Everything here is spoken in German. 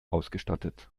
ausgestattet